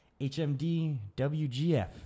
HMDWGF